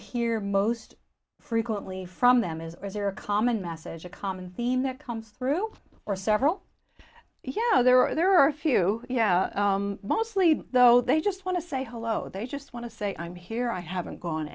hear most frequently from them is there a common message a common theme that comes through or several yeah there are a few yeah mostly though they just want to say hello they just want to say i'm here i haven't gone